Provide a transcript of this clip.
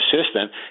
assistant